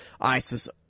ISIS